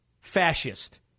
fascist